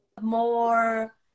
more